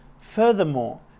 Furthermore